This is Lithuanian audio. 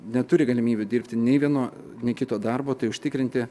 neturi galimybių dirbti nei vieno nei kito darbo tai užtikrinti